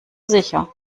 sicher